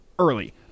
early